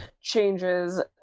changes